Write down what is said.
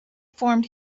formed